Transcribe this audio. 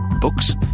books